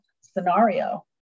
scenario